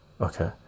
okay